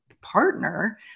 partner